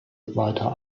weiter